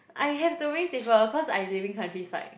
I have to bring slipper cause I leaving countryside